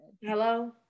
Hello